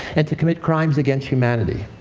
and to commit crimes against humanity.